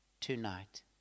tonight